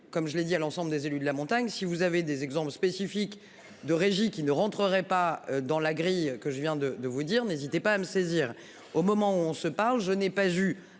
comme je l'ai dit à l'ensemble des élus de la montagne. Si vous avez des exemples spécifiques de régie qui ne rentreraient pas dans la grille que je viens de de vous dire, n'hésitez pas à me saisir au moment où on se parle je n'ai pas vu